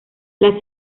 las